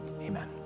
amen